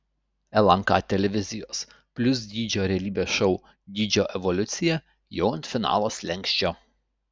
lnk televizijos plius dydžio realybės šou dydžio evoliucija jau ant finalo slenksčio